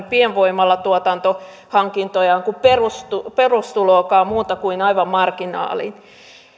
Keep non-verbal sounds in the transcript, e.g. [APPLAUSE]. [UNINTELLIGIBLE] pienvoimalatuotantohankintojaan kuin perustuloakaan muuta kuin aivan marginaaliin